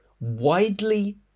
Widely